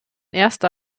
erster